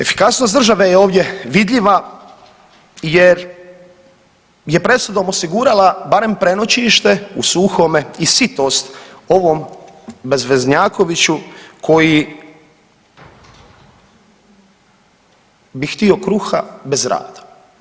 Efikasnost države je ovdje vidljiva jer je presudom osigurala barem prenoćište u suhome i sitost ovom bezveznjakoviću koji bi htio kruha bez rada.